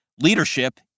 Leadership